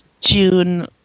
June